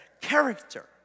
Character